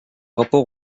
rapport